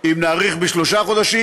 אם נאריך בשלושה חודשים,